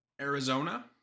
Arizona